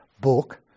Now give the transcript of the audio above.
book